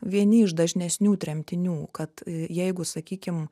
vieni iš dažnesnių tremtinių kad jeigu sakykim